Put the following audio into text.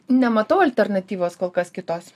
nematau alternatyvos kol kas kitos